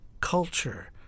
culture